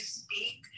speak